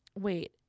wait